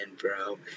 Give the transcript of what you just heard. bro